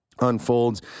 unfolds